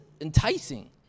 enticing